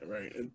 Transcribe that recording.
right